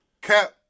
Cap